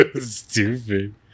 Stupid